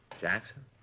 Jackson